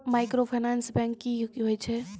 Microfinance bank की होय छै?